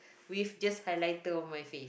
with just highlighter on my face